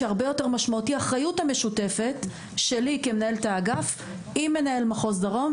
האחריות המשותפת שלי כמנהלת האגף עם מנהל מחוז דרום,